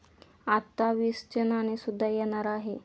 आता वीसचे नाणे सुद्धा येणार आहे